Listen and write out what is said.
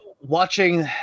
watching